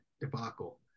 debacle